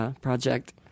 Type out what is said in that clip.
project